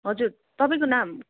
हजुर तपाईँको नाम